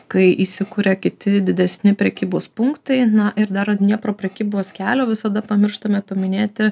kai įsikuria kiti didesni prekybos punktai ir dar an dniepro prekybos kelio visada pamirštame paminėti